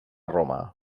roma